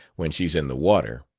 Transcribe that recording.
when she's in the water.